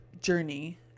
journey